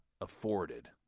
afforded